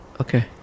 Okay